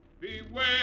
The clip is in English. Beware